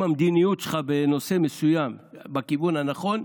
אם המדיניות שלך בנושא מסוים בכיוון הנכון,